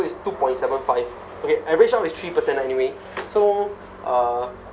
is two point seven five okay average out is three per cent ah anyway so uh